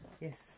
Yes